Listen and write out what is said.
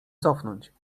cofnąć